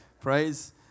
praise